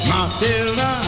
Matilda